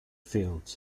fields